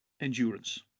endurance